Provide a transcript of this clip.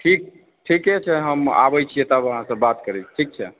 ठीक ठीके छै हम अबै छियै तब अहाँसँ बात करै छी ठीक छै